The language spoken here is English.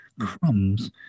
crumbs